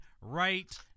right